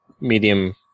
Medium